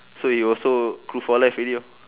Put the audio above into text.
so he also crew for life already lor